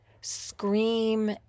Scream